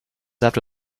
after